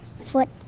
foot